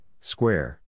square